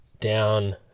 down